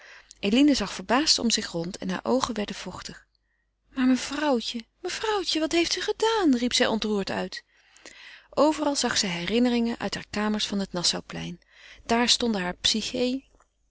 eline zag verbaasd om zich rond en hare oogen werden vochtig maar mevrouwtje mevrouwtje wat heeft u gedaan riep zij ontroerd uit overal zag zij herinneringen uit hare kamers van het nassauplein daar stonden haar psyché